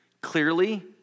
clearly